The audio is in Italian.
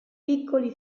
piccoli